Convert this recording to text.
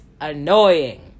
annoying